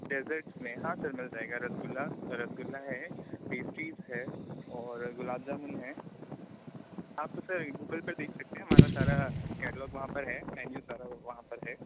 desserts में हाँ sir मिल जाएगा रसगुल्ला रसगुल्ला है पेस्ट्रीज़ है और गुलाब जामुन है आप तो सर गूगल पर देख सकते हैं हमारा सारा कैटलॉग वहाँ पर है मेन्यु सारा वहाँ पर है